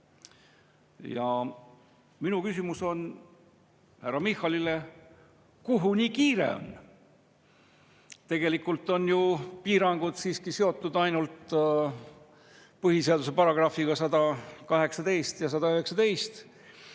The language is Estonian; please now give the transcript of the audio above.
Minu küsimus on härra Michalile: kuhu nii kiire on? Tegelikult on ju piirangud siiski seotud ainult põhiseaduse §-dega 118 ja 119.